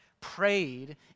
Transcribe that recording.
prayed